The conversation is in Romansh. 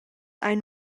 ein